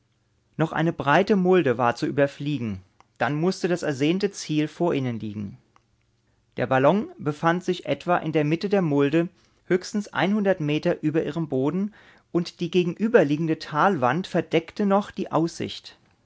noch eine breite mulde war zu überfliegen dann mußte das ersehnte ziel vor ihnen liegen der ballon befand sich etwa in der mitte der mulde höchstens meter über ihrem boden und die gegenüberliegende talwand verdeckte noch die aussicht